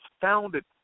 founded